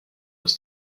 was